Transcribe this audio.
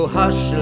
hush